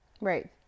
Right